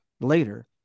later